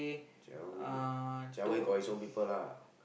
Jia Wei Jia Wei got his own people lah